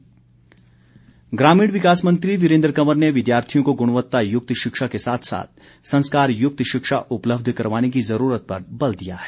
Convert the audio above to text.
वीरेन्द्र कंवर ग्रामीण विकास मंत्री वीरेन्द्र कंवर ने विद्यार्थियों को गुणवत्तयुक्त शिक्षा के साथ साथ संस्कारयुक्त शिक्षा उपलब्ध करवाने की जरूरत पर बल दिया है